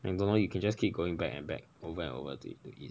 and don't know you can just keep going back and back over and over to eat